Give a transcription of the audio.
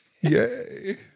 Yay